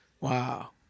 wow